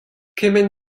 kement